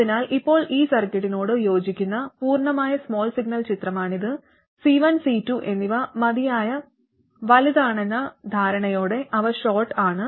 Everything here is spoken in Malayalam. അതിനാൽ ഇപ്പോൾ ഈ സർക്യൂട്ടിനോട് യോജിക്കുന്ന പൂർണ്ണമായ സ്മാൾ സിഗ്നൽ ചിത്രമാണിത് C1 C2 എന്നിവ മതിയായ വലുതാണെന്ന ധാരണയോടെ അവ ഷോർട്ട് ആണ്